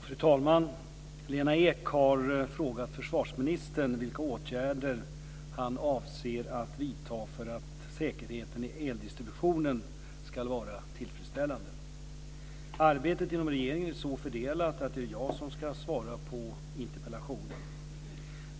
Fru talman! Lena Ek har frågat försvarsministern vilka åtgärder han avser att vidta för att säkerheten i eldistributionen ska vara tillfredsställande. Arbetet inom regeringen är så fördelat att det är jag som ska svara på interpellationen.